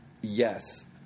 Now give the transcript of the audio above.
Yes